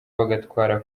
bagatwara